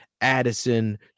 Addison